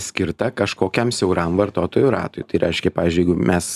skirta kažkokiam siauram vartotojų ratui tai reiškia pavyzdžiui jeigu mes